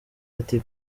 ati